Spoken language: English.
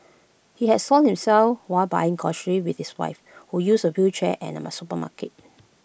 he had soiled himself while buying groceries with his wife who uses A wheelchair and ma supermarket